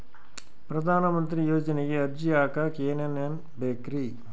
ಪ್ರಧಾನಮಂತ್ರಿ ಯೋಜನೆಗೆ ಅರ್ಜಿ ಹಾಕಕ್ ಏನೇನ್ ಬೇಕ್ರಿ?